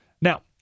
Now